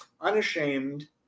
unashamed